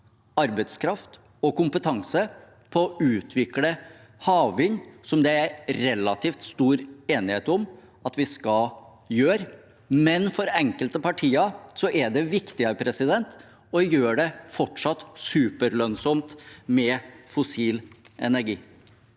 arbeidskraft og kompetanse til å utvikle havvind, som det er relativt stor enighet om at vi skal gjøre, men for enkelte partier er det viktigere å gjøre det fortsatt superlønnsomt med fossil energi.